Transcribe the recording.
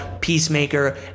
Peacemaker